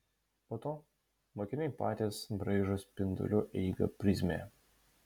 po to mokiniai patys braižo spindulių eigą prizmėje